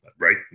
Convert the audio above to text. right